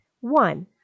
One